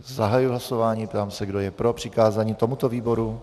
Zahajuji hlasování a ptám se, kdo je pro přikázání tomuto výboru.